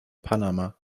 panama